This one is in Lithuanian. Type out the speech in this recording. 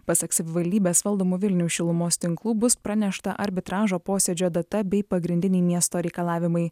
pasak savivaldybės valdomų vilniaus šilumos tinklų bus pranešta arbitražo posėdžio data bei pagrindiniai miesto reikalavimai